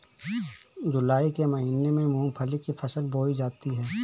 जूलाई के महीने में मूंगफली की फसल बोई जाती है